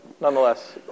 nonetheless